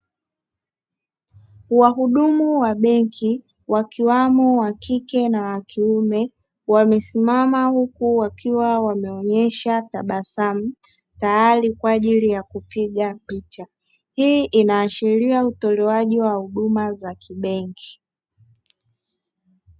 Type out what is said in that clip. Wahudumu wa benki wakiwamo wa kike na wa kiume wamesimama, huku wakiwa wameonyesha tabasamu tayari kwa ajili ya kupiga picha. Hii inaashiria utoleaji wa huduma za kibenki.